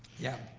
yeah,